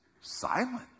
silent